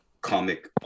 comic